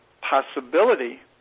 possibility